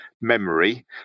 memory